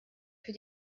für